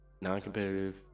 non-competitive